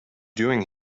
doing